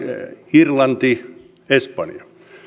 irlanti espanja